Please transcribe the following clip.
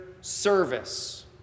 service